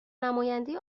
نماینده